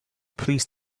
please